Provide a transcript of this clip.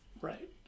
Right